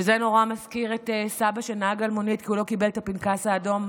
וזה נורא מזכיר את סבא שנהג על מונית כי הוא לא קיבל את הפנקס האדום.